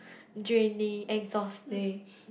draining exhausting